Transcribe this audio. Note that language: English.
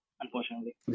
unfortunately